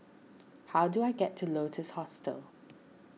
how do I get to Lotus Hostel